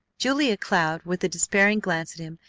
julia cloud, with a despairing glance at him,